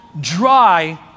dry